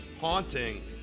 haunting